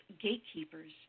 gatekeepers